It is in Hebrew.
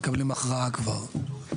מקבלים הכרעה כבר.